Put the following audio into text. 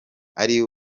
ari